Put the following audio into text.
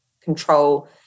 control